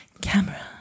camera